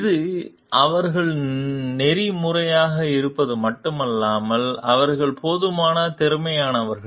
இது அவர்கள் நெறிமுறையாக இருப்பது மட்டுமல்லாமல் அவர்கள் போதுமான திறமையானவர்கள்